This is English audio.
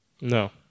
no